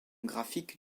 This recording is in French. graphique